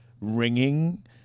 ringing